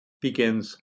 begins